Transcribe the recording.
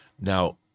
Now